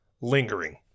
lingering